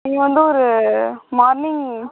நீங்கள் வந்து ஒரு மார்னிங்